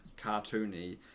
cartoony